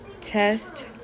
test